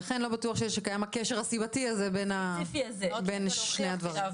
ולכן לא בטוח שקיים הקשר הסיבתי הזה בין שני הדברים.